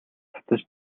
татаж